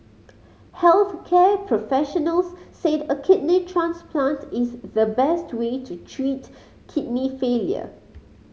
health care professionals said a kidney transplant is the best way to treat kidney failure